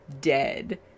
dead